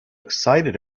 excited